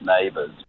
neighbours